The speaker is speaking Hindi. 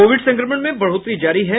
कोविड संक्रमण में बढोतरी जारी है